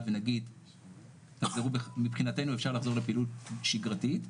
ונגיד 'מבחינתו אפשר לחזור לפעילות שגרתית'.